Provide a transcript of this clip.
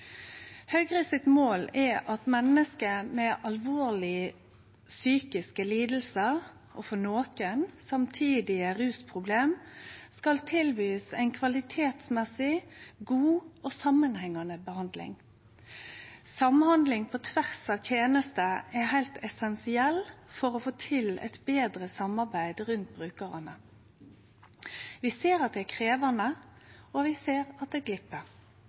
Høgre sitt mål er at menneske med alvorlege psykiske lidingar, nokon òg med rusproblem, skal få tilbod om ei kvalitetsmessig, god og samanhengjande behandling. Samhandling på tvers av tenester er heilt essensielt for å få til eit betre samarbeid rundt brukarane. Vi ser at det er krevjande, og vi ser at det